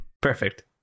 Perfect